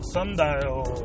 Sundial